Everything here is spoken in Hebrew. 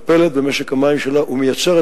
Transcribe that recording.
שמחצית כמות המים שלה מותפלת.